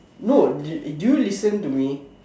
no did do you listen to me